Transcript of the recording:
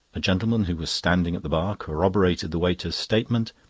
a gentleman who was standing at the bar corroborated the waiter's statement,